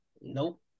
nope